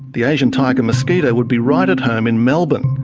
the asian tiger mosquito would be right at home in melbourne.